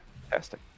fantastic